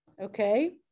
okay